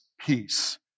peace